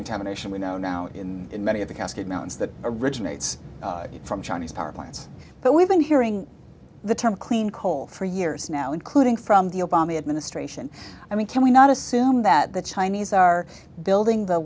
contamination we know now in many of the cascade mountains that originates from chinese power plants that we've been hearing the term clean coal for years now including from the obama administration i mean can we not assume that the chinese are building the